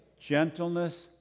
Gentleness